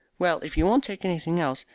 well, if you won't take anything else,